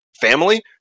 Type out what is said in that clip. family